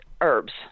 herbs